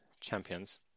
champions